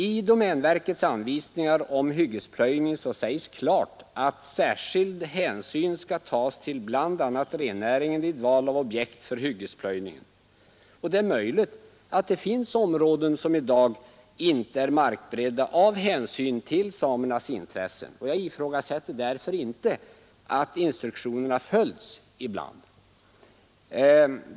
I domänverkets anvisningar om hyggesplöjning sägs klart att särskild hänsyn skall tas till bl.a. rennäringen vid val av objekt för hyggesplöjningen. Det är möjligt att det finns områden som i dag inte är markberedda av hänsyn till samernas intressen. Jag ifrågasätter därför inte att instruktionerna följts ibland.